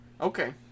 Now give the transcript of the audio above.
okay